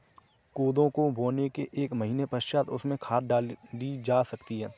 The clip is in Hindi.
कोदो को बोने के एक महीने पश्चात उसमें खाद डाली जा सकती है